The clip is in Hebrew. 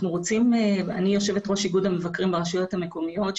אני יושבת ראש איגוד המבקרים ברשויות המקומיות,